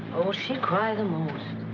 oh, she'll cry the most.